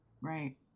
right